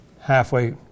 halfway